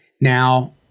now